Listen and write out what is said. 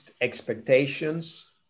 expectations